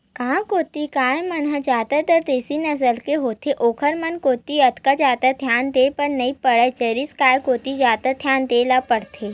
गांव कोती गाय मन ह जादातर देसी नसल के होथे ओखर मन कोती ओतका जादा धियान देय बर नइ परय जरसी गाय कोती जादा धियान देय ल परथे